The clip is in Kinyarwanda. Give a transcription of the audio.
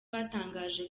batangiye